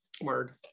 Word